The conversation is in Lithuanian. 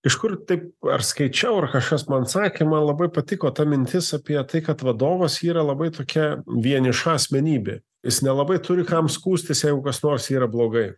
iš kur taip ar skaičiau ar kažkas man sakė man labai patiko ta mintis apie tai kad vadovas yra labai tokia vieniša asmenybė jis nelabai turi kam skųstis jeigu kas nors yra blogai